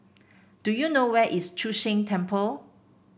do you know where is Chu Sheng Temple